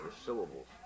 syllables